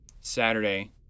Saturday